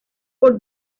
por